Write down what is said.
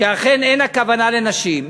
שאכן אין הכוונה לנשים,